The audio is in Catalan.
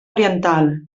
oriental